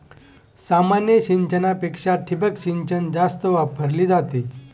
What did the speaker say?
सामान्य सिंचनापेक्षा ठिबक सिंचन जास्त वापरली जाते